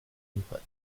inputs